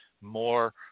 more